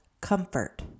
comfort